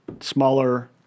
smaller